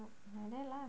like that lah